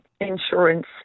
insurance